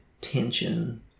tension